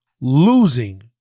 Losing